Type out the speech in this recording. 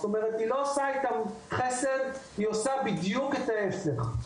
זה לא עושה איתם חסד, אלא בדיוק ההיפך.